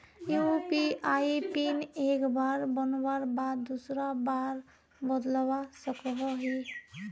UPI pin एक बार बनवार बाद दूसरा बार बदलवा सकोहो ही?